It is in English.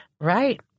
Right